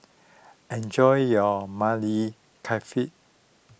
enjoy your Maili Kofta